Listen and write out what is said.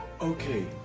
Okay